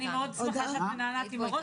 אני שמחה מאוד שאת מהנהנת עם הראש,